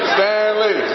Stanley